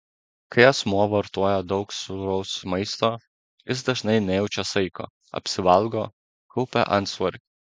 kai asmuo vartoja daug sūraus maisto jis dažnai nejaučia saiko apsivalgo kaupia antsvorį